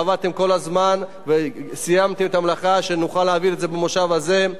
עבדתם כל הזמן וסיימתם את המלאכה כדי שנוכל להעביר את זה במושב הזה.